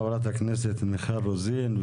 חברת הכנסת מיכל רוזין,